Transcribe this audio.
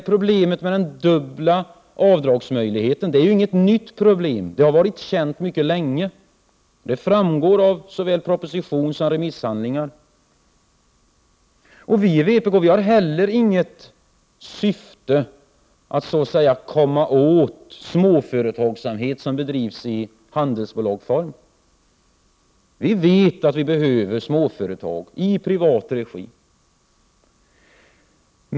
Problemet med de dubbla avdragen är ju inte något nytt problem, utan det har man känt till mycket länge. Detta framgår av såväl proposition som remisshandlingar. Vad vi i vpk åsyftar är inte att komma åt den småföretagsamhet som bedrivs i handelsbolagsform. Vi vet att det behövs småföretag i privat regi.